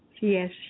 Yes